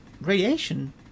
Radiation